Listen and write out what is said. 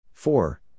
Four